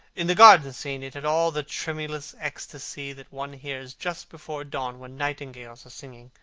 in the garden-scene it had all the tremulous ecstasy that one hears just before dawn when nightingales are singing.